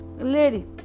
lady